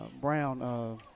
Brown